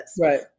right